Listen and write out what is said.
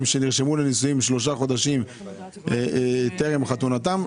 שנרשמו לנישואין 3 חודשים טרם חתונתם,